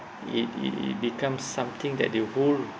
it it it becomes something that they will hold